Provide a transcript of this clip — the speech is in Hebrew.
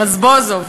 רזבוזוב.